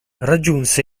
raggiunse